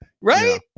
Right